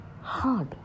hard